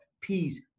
peace